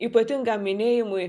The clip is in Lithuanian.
ypatingam minėjimui